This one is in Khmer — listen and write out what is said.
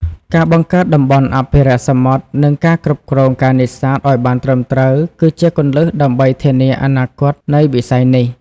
ការបង្កើតតំបន់អភិរក្សសមុទ្រ និងការគ្រប់គ្រងការនេសាទឲ្យបានត្រឹមត្រូវ គឺជាគន្លឹះដើម្បីធានាអនាគតនៃវិស័យនេះ។